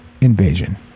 invasion